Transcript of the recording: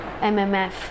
MMF